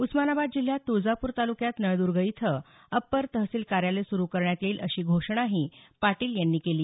उस्मानाबाद जिल्ह्यात तुळजापूर तालुक्यात नळद्र्ग इथं अप्पर तहसील कार्यालय सुरु करण्यात येईल अशी घोषणाही पाटील यांनी केली